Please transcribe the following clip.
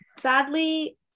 Sadly